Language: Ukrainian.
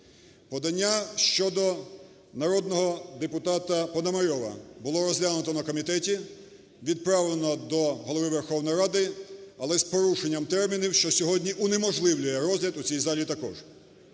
Подання щодо народного депутата Пономарьова було розглянуто на комітеті, відправлено до Голови Верховної Ради, але з порушенням термінів, що сьогодні унеможливлює розгляд у цій залі також.